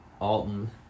alton